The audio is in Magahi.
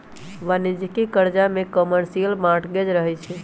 वाणिज्यिक करजा में कमर्शियल मॉर्टगेज रहै छइ